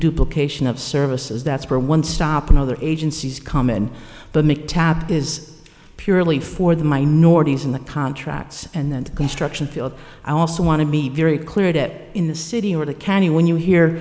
duplications of services that's for one stop and other agencies common but make tab is purely for the minorities in the contracts and the construction field i also want to be very clear it in the city or the county when you hear